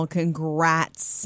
Congrats